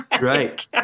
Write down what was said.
Right